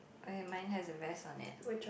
oh ya mine has a vest on it